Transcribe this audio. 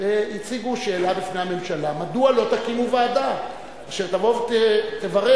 והציגו שאלה בפני הממשלה מדוע לא תקימו ועדה אשר תבוא ותברר,